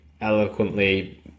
eloquently